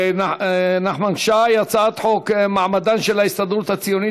נחמן שי: הצעת חוק מעמדן של ההסתדרות הציונית